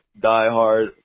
diehard